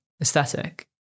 aesthetic